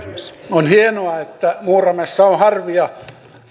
on hienoa että muuramessa on harvia